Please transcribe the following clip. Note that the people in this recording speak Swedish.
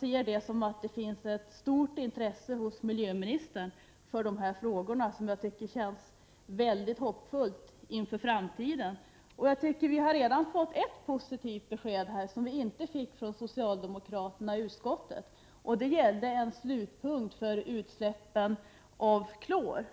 tyder på ett stort intresse hos miljöministern för de här frågorna, och det känns väldigt hoppfullt inför framtiden. Vi har redan fått ett positivt besked i dag, som vi inte fick av socialdemokraterna i utskottet. Beskedet gällde en slutpunkt för utsläppen av klor.